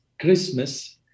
Christmas